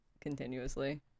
continuously